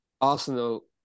Arsenal